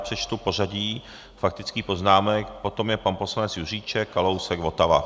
Přečtu pořadí faktických poznámek: potom je pan poslanec Juříček, Kalousek, Votava.